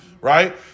right